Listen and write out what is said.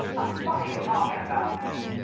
ah fuck are you talkin' about, man?